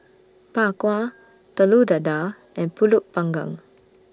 Bak Kwa Telur Dadah and Pulut Panggang